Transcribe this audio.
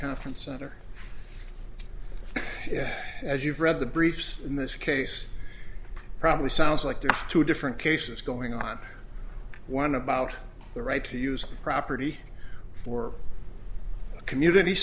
conference center as you've read the briefs in this case probably sounds like there are two different cases going on one about the right to use the property for a community